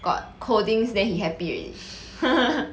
got codings then he happy already